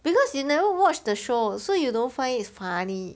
because you never watch the show so you don't find it funny